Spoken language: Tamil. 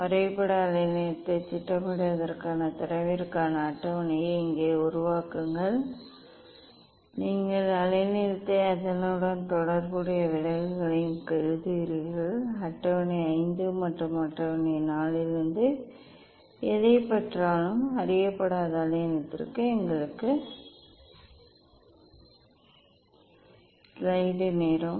வரைபட அலைநீளத்தைத் திட்டமிடுவதற்கான தரவிற்கான அட்டவணையை இங்கே உருவாக்குங்கள் நீங்கள் அலைநீளத்தையும் அதனுடன் தொடர்புடைய விலகலையும் எழுதுகிறீர்கள் அட்டவணை 5 மற்றும் அட்டவணை 4 இலிருந்து எதைப் பெற்றாலும் அறியப்படாத அலைநீளத்திற்கும் எங்களுக்கு கிடைத்த விலகல்